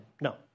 No